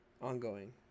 Ongoing